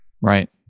right